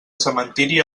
cementiri